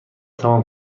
تمام